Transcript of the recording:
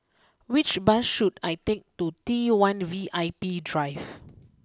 which bus should I take to T one V I P Drive